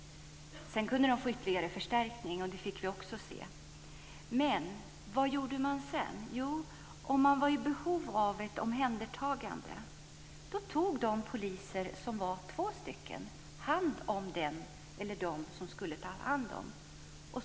Sedan kunde de få ytterligare förstärkning; det fick vi också se. Men vad gjorde man sedan? Jo, om det behövdes ett omhändertagande tog de poliser som var två hand om den eller dem som skulle omhändertas.